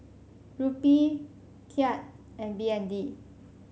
Rupee Kyat and B N D